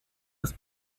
des